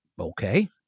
Okay